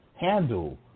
handle